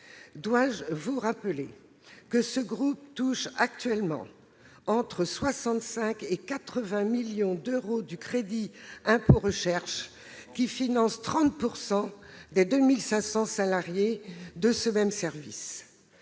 Dois-je vous rappeler que ce groupe touche annuellement entre 65 et 80 millions d'euros de crédit d'impôt recherche qui finance 30 % des 2 500 salariés de ce même service